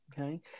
Okay